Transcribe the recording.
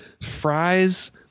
Fries